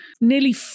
Nearly